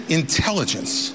intelligence